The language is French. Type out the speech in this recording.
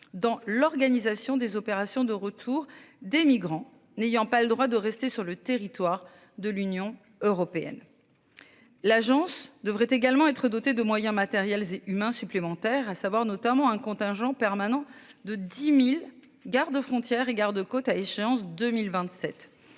dans l'organisation des opérations de retour des migrants n'ayant pas le droit de rester sur le territoire de l'Union européenne. L'Agence devrait également être doté de moyens matériels et humains supplémentaires à savoir notamment un contingent permanent de 10.000 garde-frontières et garde-côtes à échéance 2027